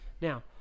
Now